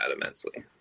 immensely